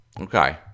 Okay